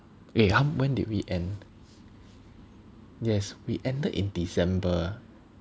eh hum~ when did we end yes we ended in December